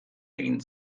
egin